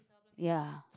ya